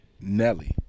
Nelly